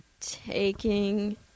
taking